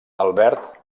albert